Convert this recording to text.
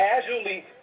casually